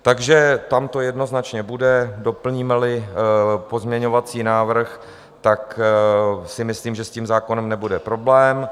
Takže tam to jednoznačně bude, doplnímeli pozměňovací návrh, tak si myslím, že s tím zákonem nebude problém.